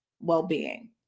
well-being